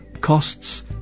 costs